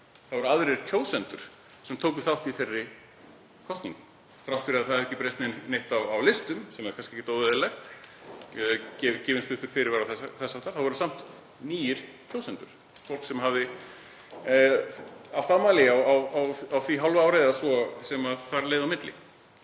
Það voru aðrir kjósendur sem tóku þátt í þeim kosningum þrátt fyrir að það hafi ekki breyst neitt á listum sem er kannski ekkert óeðlilegt, gefinn stuttur fyrirvari og þess háttar. Þar voru samt nýir kjósendur, fólk sem hafði átti afmæli á því hálfa ári eða svo sem þar leið á milli.